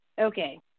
okay